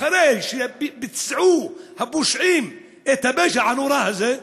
אחרי שביצעו הפושעים את הפשע הנורא הזה,